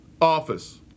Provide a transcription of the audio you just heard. office